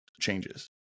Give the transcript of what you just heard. changes